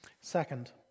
Second